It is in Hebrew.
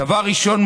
דבר ראשון,